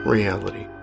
Reality